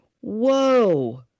Whoa